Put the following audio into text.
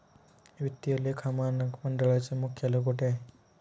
वित्तीय लेखा मानक मंडळाचे मुख्यालय कोठे आहे?